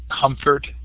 comfort